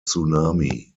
tsunami